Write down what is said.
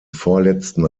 vorletzten